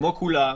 כמו כולם,